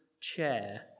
chair